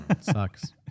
Sucks